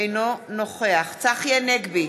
אינו נוכח צחי הנגבי,